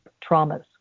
traumas